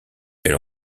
elle